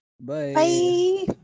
Bye